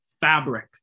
fabric